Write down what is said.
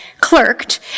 clerked